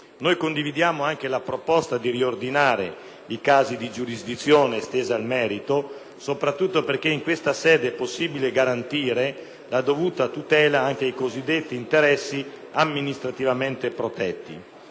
Noi condividiamo anche la proposta di riordinare i casi di giurisdizione estesa al merito, soprattutto perche´ in questa sede epossibile garantire la dovuta tutela anche ai cosiddetti interessi amministrativamente protetti.